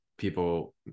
people